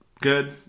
Good